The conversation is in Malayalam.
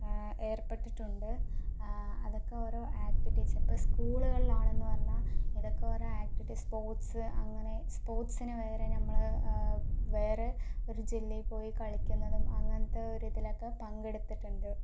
ഏർപ്പെട്ടിട്ടുണ്ട് അതൊക്കെ ഓരോ ആക്ടിവിറ്റീസ് സ്കൂളുകളിൽ ആണെന്ന് പറഞ്ഞാൽ ഇതൊക്കെ ഓരോ ആക്ടിവിറ്റീസ് സ്പോർട്സ് അങ്ങനെ സ്പോർട്സിന് വേറെ ഞമ്മള് വേറെ ഒരു ജില്ലയിൽ പോയി കളിക്കുന്നതും അങ്ങനത്തെ ഒരു ഇതിലൊക്കെ പങ്കെടുത്തിട്ടുണ്ട്